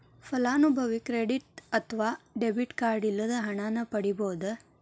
ಫಲಾನುಭವಿ ಕ್ರೆಡಿಟ್ ಅತ್ವ debit card ಇಲ್ಲದ ಹಣನ ಪಡಿಬೋದ್